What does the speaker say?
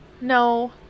No